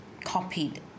copied